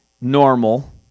normal